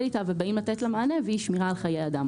איתה ובאים לתת לה מענה והיא שמירה על חיי אדם.